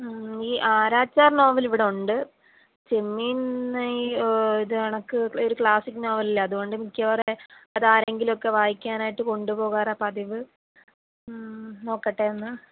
ഈ ആരാച്ചാർ നോവൽ ഇവിടുണ്ട് ചെമ്മീൻ നെ ഇത് കണക്ക് ഒരു ക്ലാസിക് നോവലല്ലേ അതുകൊണ്ട് മിക്കവാറും അത് ആരെങ്കിലുവൊക്കെ വായിക്കാനായിട്ട് കൊണ്ടുപോകാറ പതിവ് നോക്കട്ടെ ഒന്ന്